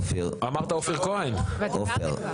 עופר כהן,